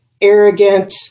arrogant